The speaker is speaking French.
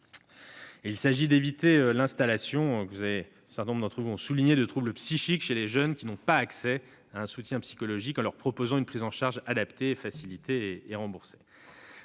Il s'agit d'éviter l'installation de troubles psychiques chez les jeunes n'ayant pas accès à un soutien psychologique, en leur proposant une prise en charge adaptée, facilitée et remboursée.